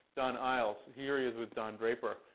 don eyles. here he is with don draper.